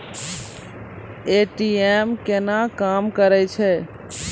ATM केना काम करै छै?